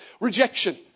Rejection